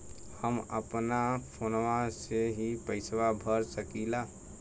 हम अपना फोनवा से ही पेसवा भर सकी ला?